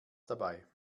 dabei